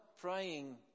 praying